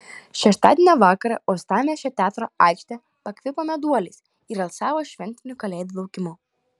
šeštadienio vakarą uostamiesčio teatro aikštė pakvipo meduoliais ir alsavo šventiniu kalėdų laukimu